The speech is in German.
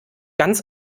ganz